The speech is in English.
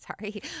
Sorry